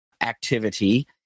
activity